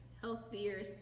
healthier